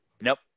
Nope